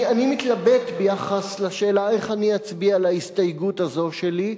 אני מתלבט ביחס לשאלה איך אני אצביע על ההסתייגות הזו שלי.